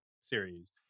series